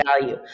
value